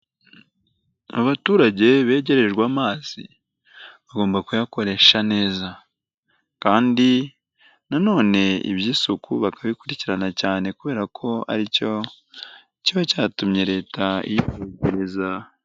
Abaturage begerejwe amazi, bagomba kuyakoresha neza kandi nanone iby'isuku bakabikurikirana cyane kubera ko aricyo kiba cyatumye leta iyabegereza.